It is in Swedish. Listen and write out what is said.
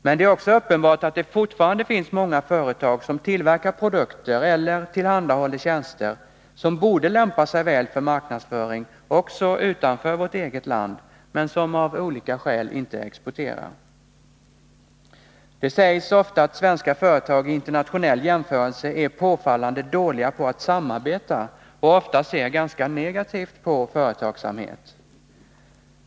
Men det är också uppenbart att det fortfarande finns många företag som tillverkar produkter eller tillhandahåller tjänster som borde lämpa sig väl för marknadsföring även utanför vårt eget land men som av olika skäl inte exporteras. Det sägs ofta att svenska företag i internationell jämförelse är påfallande dåliga på att samarbeta och ofta ser ganska negativt på företagssamarbetet.